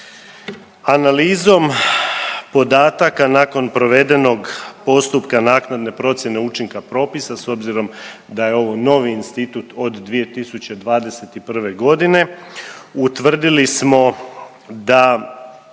Analizom podataka nakon provedenog postupka naknadne procjene učinka propisa s obzirom da je ovo novi institut od 2021.g. utvrdili smo da